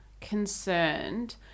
concerned